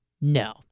No